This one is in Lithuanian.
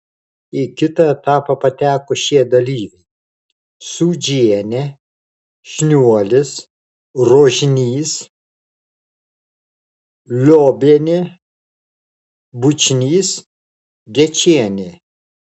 į kitą etapą pateko šie dalyviai sūdžienė šniuolis rožnys liobienė bučnys gečienė